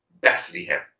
Bethlehem